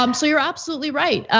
um so you're absolutely right,